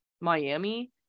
Miami